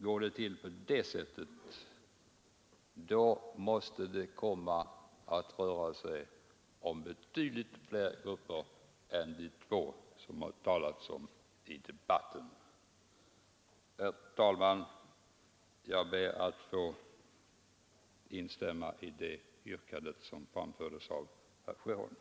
Går det till på det sättet, då måste det komma att röra sig om betydligt fler grupper än de två som det har talats om i debatten. Herr talman! Jag ber att få instämma i det yrkande som framfördes av herr Sjöholm.